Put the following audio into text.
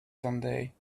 someday